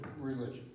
religion